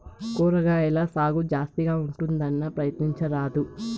కూరగాయల సాగు జాస్తిగా ఉంటుందన్నా, ప్రయత్నించరాదూ